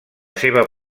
seva